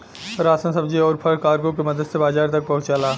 ration सब्जी आउर फल कार्गो के मदद से बाजार तक पहुंचला